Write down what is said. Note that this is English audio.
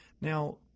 Now